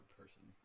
person